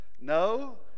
No